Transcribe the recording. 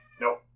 Nope